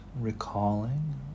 recalling